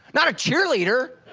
not a cheerleader.